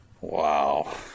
Wow